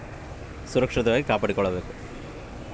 ಬೇಸಿಗೆ ಕಾಲದಲ್ಲಿ ಮೊಟ್ಟೆಗಳು ಕೆಡದಂಗೆ ಇರೋಕೆ ಏನು ಮಾಡಬೇಕು?